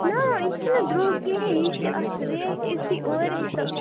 نا یہِ چھُنہٕ دروٚگ کِہیٖنۍ یہِ چھِ اَصٕل ریٹھ یِژی اورے تہٕ